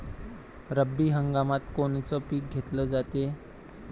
रब्बी हंगामात कोनचं पिक घेतलं जाते?